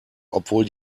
obwohl